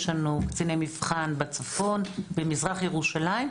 יש לנו קציני מבחן בצפון, במזרח ישראל.